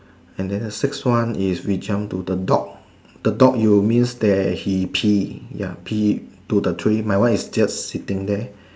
and then the sixth one is we jump to the dog the dog you means there he pee ya he pee to the tree my one is just sitting there